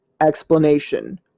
explanation